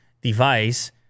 device